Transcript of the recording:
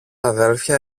αδέλφια